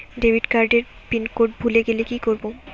Debit card এর pin code ভুলে গেলে কি করব?